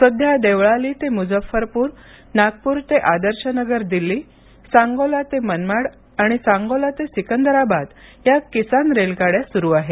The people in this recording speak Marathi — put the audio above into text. सध्या देवळाली ते मुझफ्फरपूर नागपूर ते आदर्श नगर दिल्ली सांगोला ते मनमाड आणि सांगोला ते सिकंदराबाद या किसान रेल गाडया सरू आहेत